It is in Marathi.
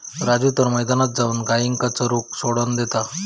राजू तर मैदानात जाऊन गायींका चरूक सोडान देता